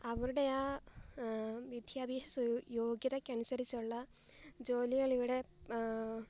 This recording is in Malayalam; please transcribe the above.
അവരുടെ ആ വിദ്യാഭ്യാസ യോ യോഗ്യതക്കനുസരിച്ചുള്ള ജോലികൾ ഇവിടെ